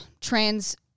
trans